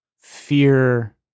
fear